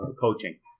coaching